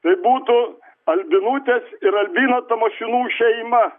tai būtų albinutės ir albino tamošiūnų šeima